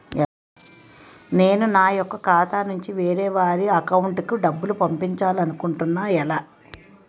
నేను నా యెక్క ఖాతా నుంచి వేరే వారి అకౌంట్ కు డబ్బులు పంపించాలనుకుంటున్నా ఎలా?